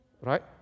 Right